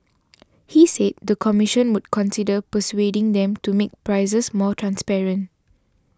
he said the commission would consider persuading them to make prices more transparent